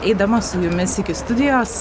eidama su jumis iki studijos